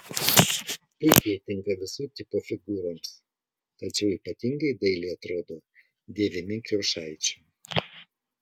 puikiai tinka visų tipų figūroms tačiau ypatingai dailiai atrodo dėvimi kriaušaičių